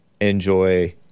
enjoy